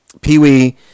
Pee-wee